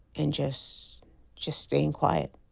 and just just staying quiet.